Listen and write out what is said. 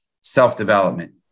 self-development